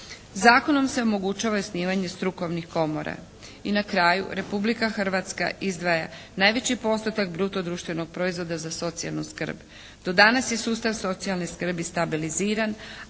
Zakonom se omogućava i osnivanje strukovnih komora. I na kraju, Republika Hrvatska izdvaja najveći postotak bruto društvenog proizvoda za socijalnu skrb. Do danas je sustav socijalne skrbi stabiliziran,